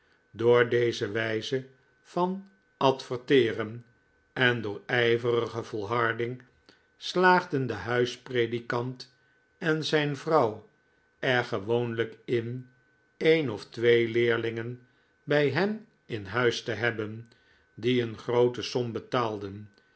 door deze wijze van adverteeren en door ijverige volharding slaagden de huispredikant en zijn vrouw er gewoonlijk in een of twee leerlingen bij hen in huis te hebben die een groote som betaalden